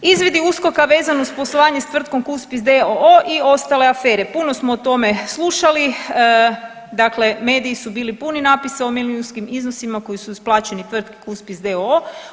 Izvidi USKOK-a vezani uz poslovanje s tvrtkom Cuspis d.o.o. i ostale afere, puno smo o tome slušali, dakle mediji su bili puni natpisa o milijunskim iznosima koji su isplaćeni tvrtki Cuspis d.o.o.